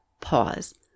pause